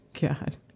God